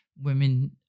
women